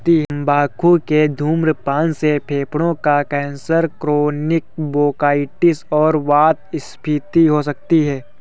तंबाकू के धूम्रपान से फेफड़ों का कैंसर, क्रोनिक ब्रोंकाइटिस और वातस्फीति हो सकती है